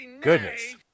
Goodness